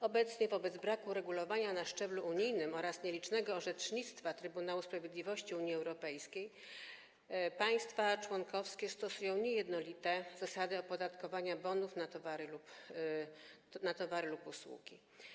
Obecnie wobec braku uregulowania na szczeblu unijnym oraz nielicznego orzecznictwa Trybunału Sprawiedliwości Unii Europejskiej, państwa członkowskie stosują niejednolite zasady opodatkowania bonów na towary lub usługi.